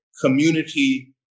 community